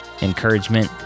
encouragement